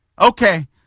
okay